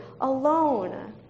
alone